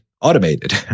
automated